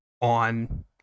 on